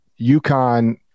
UConn